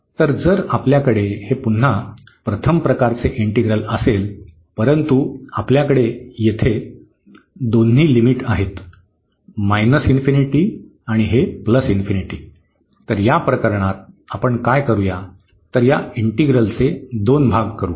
तर जर आपल्याकडे हे पुन्हा प्रथम प्रकारचे इंटिग्रल असेल परंतु आपल्याकडे येथे दोन्ही लिमिट आहेत आणि हे तर या प्रकरणात आपण काय करूया तर या इंटींग्रलचे दोन भाग करू